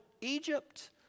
Egypt